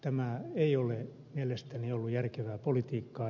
tämä ei ole mielestäni ollut järkevää politiikkaa